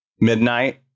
midnight